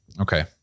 Okay